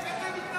איך אתם מתנגדים?